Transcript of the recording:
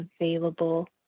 available